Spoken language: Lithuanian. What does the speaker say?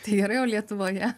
tai gerai o lietuvoje